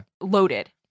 loaded